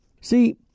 See